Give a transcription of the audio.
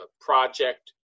project